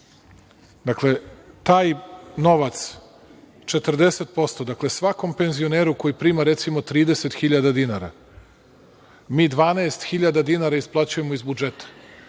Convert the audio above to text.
Taj novac 40%, dakle, svakom penzioneru koji prima recimo 30.000 dinara, mi 12.000 dinara isplaćujemo iz budžeta.